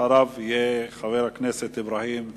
אחריו, חבר הכנסת אברהים צרצור.